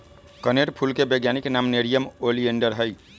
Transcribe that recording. कनेर फूल के वैज्ञानिक नाम नेरियम ओलिएंडर हई